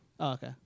okay